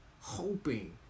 hoping